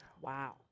Wow